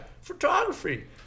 Photography